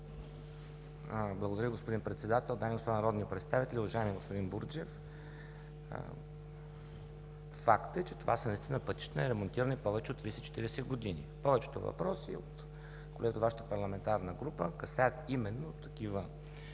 Благодаря, господин Председател. Дами и господа народни представители! Уважаеми господин Бурджев, факт е, че това са наистина пътища, неремонтирани повече от 30 – 40 години. Повечето въпроси от колеги от Вашата парламентарна група касаят именно такива